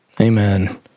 Amen